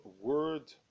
word